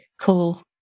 Cool